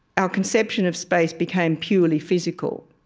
our conception of space became purely physical.